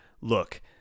look